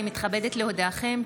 אני מתכבדת להודיעכם,